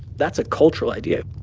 that's a cultural idea.